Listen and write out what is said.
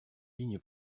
ligne